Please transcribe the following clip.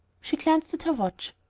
she glanced at her watch.